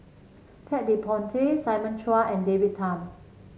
Ted De Ponti Simon Chua and David Tham